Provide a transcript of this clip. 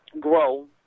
grow